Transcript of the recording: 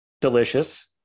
delicious